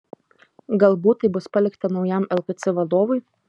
galbūt tai bus palikta naujam lkc vadovui